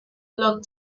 look